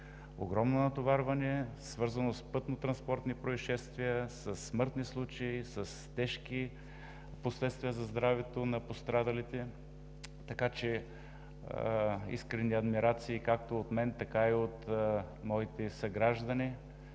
Огромно натоварване, свързано с пътно транспортни произшествия, със смъртни случаи, с тежки последствия за здравето на пострадалите. Искрени адмирации както от мен, така и от моите съграждани